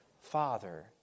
Father